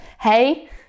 hey